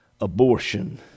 abortion